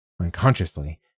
Unconsciously